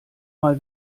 mal